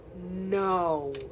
No